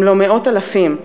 אם לא מאות אלפים,